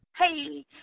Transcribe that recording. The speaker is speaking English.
Hey